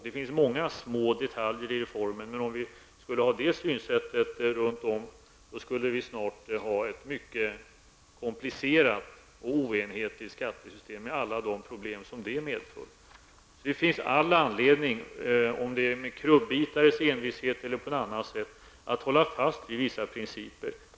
Det finns många små detaljer i reformen, men om vi skulle ha det synsättet skulle vi snart ha ett mycket komplicerat och oenhetligt skattesystem med alla problem det medför. Det finns all anledning -- med en krubbitares envishet eller på annat sätt -- att hålla fast vid vissa principer.